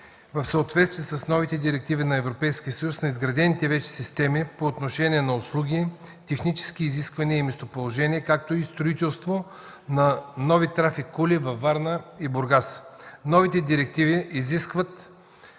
в съответствие с новите директиви на Европейския съюз на изградените вече системи по отношение на услуги, технически изисквания и местоположение, както и строителство на нови трафик кули във Варна и Бургас. Новите директиви изискват